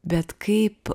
bet kaip